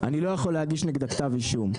אני לא יכול להגיש נגדה כתב אישום.